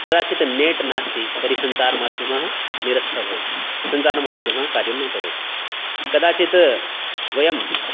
कदाचित् नेट् नास्ति तर्हि सञ्चारमाध्यमः निरस्तः भवति सञ्चारमाध्यमः कार्यं न करोति कदाचित् वयं